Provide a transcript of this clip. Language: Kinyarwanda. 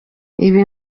ibi